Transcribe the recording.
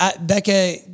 Becca